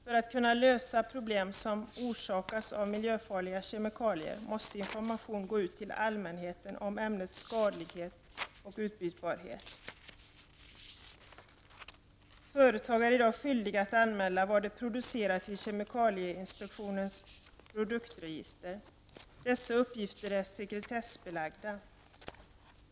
För att kunna lösa problem som orsakas av miljöfarliga kemikalier måste information gå ut till allmänheten om ämnenas skadlighet och utbytbarhet. Företag är i dag skyldiga att anmäla vad de producerar till Kemikalieinspektionens produktregister. Dessa uppgifter är sekretessbelagda.